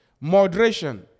moderation